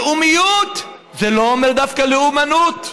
לאומיות זה לא אומר דווקא לאומנות,